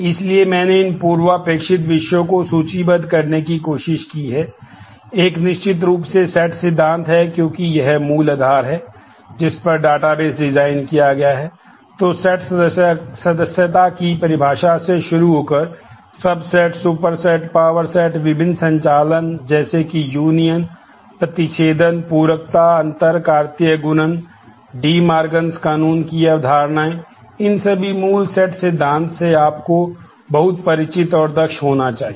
इसलिए मैंने इन पूर्वापेक्षित विषयों को सूचीबद्ध करने की कोशिश की है एक निश्चित रूप से सेट सिद्धांत से आपको बहुत परिचित और दक्ष होना चाहिए